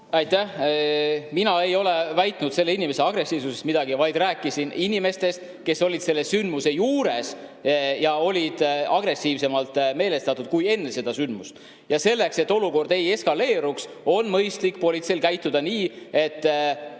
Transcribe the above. Aitäh! Mina ei ole väitnud selle inimese agressiivsuse kohta midagi. Ma rääkisin inimestest, kes olid selle sündmuse juures ja olid siis agressiivsemalt meelestatud kui enne seda sündmust. Ja selleks, et olukord ei eskaleeruks, on politseil mõistlik käituda nii, et